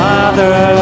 Father